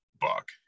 buck